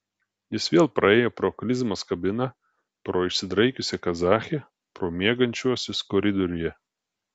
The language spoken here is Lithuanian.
jis vėl praėjo pro klizmos kabiną pro išsidraikiusią kazachę pro miegančiuosius koridoriuje